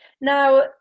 Now